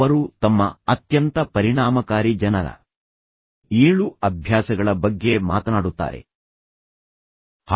ಅವರು ತಮ್ಮ ಅತ್ಯಂತ ಪರಿಣಾಮಕಾರಿ ಜನರ ಏಳು ಅಭ್ಯಾಸಗಳ ಬಗ್ಗೆ ಮಾತನಾಡುತ್ತಾರೆ ಅದರಲ್ಲಿ ಅವರು ಹೇಳುತ್ತಾರೆ ನೀವು ಅಂತ್ಯವನ್ನು ಮನಸ್ಸಿನಲ್ಲಿಟ್ಟುಕೊಂಡು ಪ್ರಾರಂಭಿಸಬೇಕು